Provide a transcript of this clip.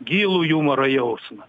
gilų jumoro jausmą